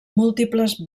múltiples